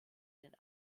den